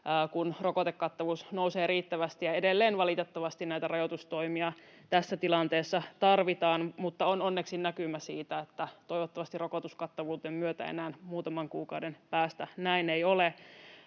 kun rokotekattavuus nousee riittävästi. Edelleen valitettavasti näitä rajoitustoimia tässä tilanteessa tarvitaan, mutta on onneksi näkymä siitä, että toivottavasti rokotuskattavuuden myötä enää muutaman kuukauden päästä näin ei ole.